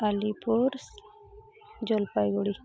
Alipur Jal ᱯᱟᱭᱜᱩᱲᱤ